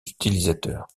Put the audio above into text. utilisateurs